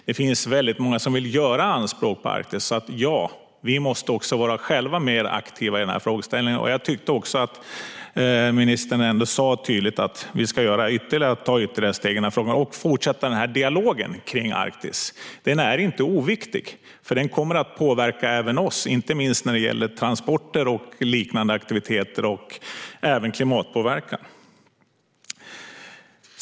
Det finns många som vill göra anspråk på Arktis, så vi måste själva vara mer aktiva här. Utrikesministern sa också tydligt att vi ska ta ytterligare steg i frågan och fortsätta dialogen om Arktis. Den är inte oviktig eftersom den kommer att påverka även oss, inte minst när det gäller transporter och liknande aktiviteter och även klimatpåverkan.